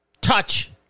touch